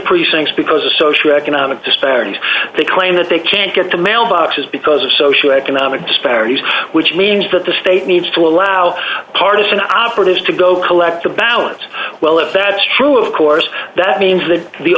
precincts because of social economic disparities they claim that they can't get to mailboxes because of social economic disparities which means that the state needs to allow partisan operatives to go collect the ballots well if that is true of course that means that the